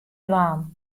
dwaan